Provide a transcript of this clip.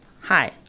hi